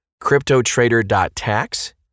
CryptoTrader.tax